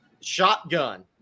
shotgun